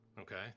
okay